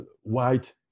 white